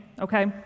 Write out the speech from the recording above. okay